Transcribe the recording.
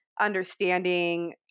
understanding